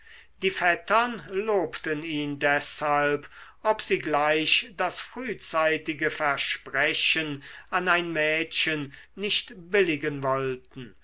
die vettern lobten ihn deshalb ob sie gleich das frühzeitige versprechen an ein mädchen nicht billigen wollten